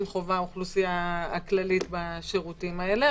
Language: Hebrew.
חווה האוכלוסייה הכללית בשירותים האלה,